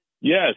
Yes